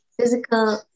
physical